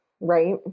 right